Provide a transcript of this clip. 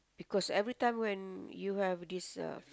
because every time when you have this uh